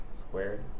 squared